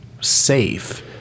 safe